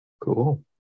Cool